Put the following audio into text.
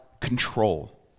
control